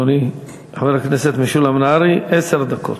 אדוני חבר הכנסת משולם נהרי, עשר דקות.